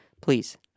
please